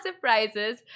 prizes